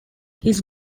his